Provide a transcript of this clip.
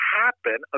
happen